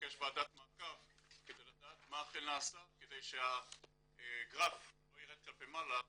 לבקש ועדת מעקב כדי לדעת מה אכן נעשה כדי שהגרף לא ירד כלפי מעלה,